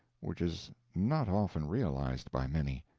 which is not often realized by many.